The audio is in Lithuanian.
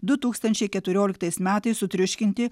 du tūkstančiai keturioliktais metais sutriuškinti